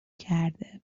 کرده